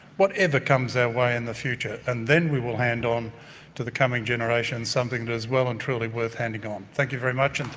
whatever comes our way in the future. and then we will hand on to the coming generations something that is well and truly worth handing on. thank you very much. and